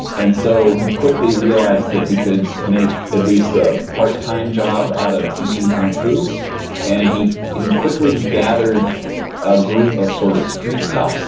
and so, he quickly realized that he could make at least a part-time job out of teaching kung fu and he he quickly gathered a group of sort of street toughs